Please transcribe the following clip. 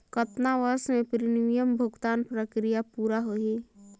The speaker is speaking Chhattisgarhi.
कतना वर्ष मे प्रीमियम भुगतान प्रक्रिया पूरा होही?